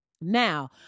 now